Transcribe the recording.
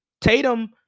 Tatum